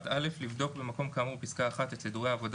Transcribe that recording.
"(1א) לבדוק במקום כאמור בפסקה (1) את סידורי העבודה